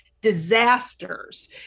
disasters